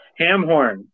Hamhorn